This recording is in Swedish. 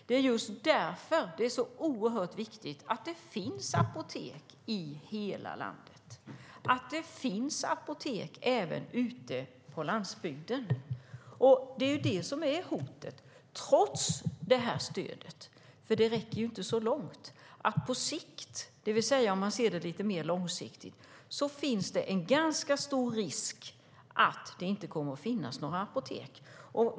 Det är just därför det är så oerhört viktigt att det finns apotek i hela landet, även på landsbygden. Det är detta som är hotat. Trots det här stödet, som inte räcker så långt på sikt, finns det en ganska stor risk att det längre fram i tiden inte kommer att finnas några apotek där.